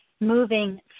moving